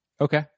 Okay